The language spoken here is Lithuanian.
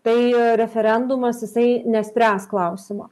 tai referendumas jisai nespręs klausimo